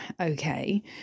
okay